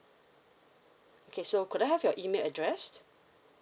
K so could I have your email address